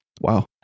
wow